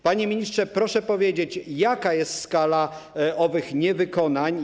Panie ministrze, proszę powiedzieć, jaka jest skala owych niewykonań.